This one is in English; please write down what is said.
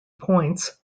points